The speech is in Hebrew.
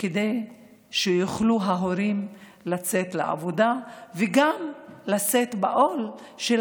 כדי שההורים יוכלו לצאת לעבודה וגם לשאת בעול של